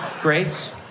grace